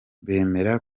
bemera